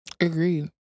Agreed